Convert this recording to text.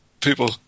people